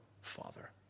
Father